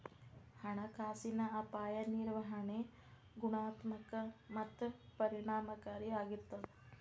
ಹಣಕಾಸಿನ ಅಪಾಯ ನಿರ್ವಹಣೆ ಗುಣಾತ್ಮಕ ಮತ್ತ ಪರಿಣಾಮಕಾರಿ ಆಗಿರ್ತದ